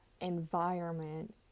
environment